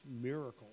miracle